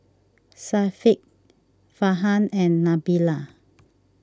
Syafiq Farhan and Nabila